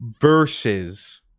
versus